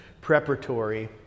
preparatory